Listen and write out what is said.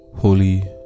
Holy